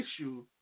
issue